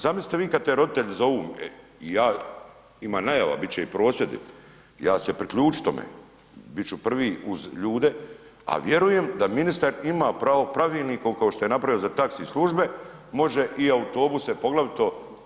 Zamislite vi kada te roditelji zovu, ima i najava, bit će i prosvjedi, ja ću se priključiti tome, bit ću prvi uz ljude, a vjerujem da ministar ima pravo pravilnikom kao što je napravio za taxi službe može i autobuse poglavito.